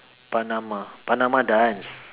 panama panama dance